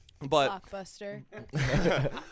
Blockbuster